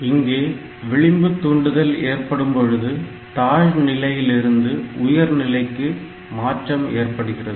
இங்கே விளிம்பு தூண்டுதல் ஏற்படும்பொழுது தாழ் நிலையிலிருந்து உயர்நிலைக்கு மாற்றம் ஏற்படுகிறது